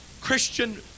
Christian